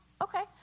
okay